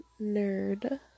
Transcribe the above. nerd